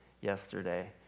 yesterday